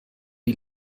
die